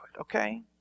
Okay